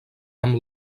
amb